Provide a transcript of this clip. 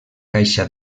caixa